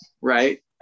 Right